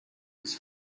his